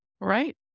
Right